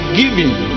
giving